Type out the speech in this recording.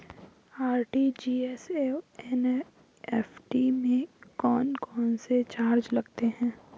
RTGS एवं NEFT में कौन कौनसे चार्ज लगते हैं?